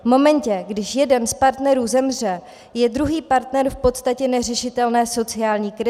V momentě, když jeden z partnerů zemře, je druhý partner v podstatě v neřešitelné sociální krizi.